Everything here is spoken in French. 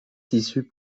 tissus